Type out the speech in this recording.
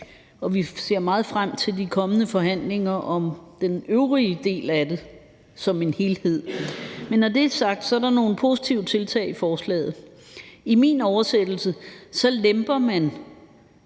og vi ser meget frem til de kommende forhandlinger om den øvrige del af det som en helhed. Men når det er sagt, er der nogle positive tiltag i forslaget. I min oversættelse lemper man